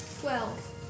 Twelve